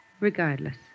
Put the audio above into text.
Regardless